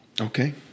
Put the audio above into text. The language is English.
Okay